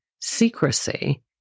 secrecy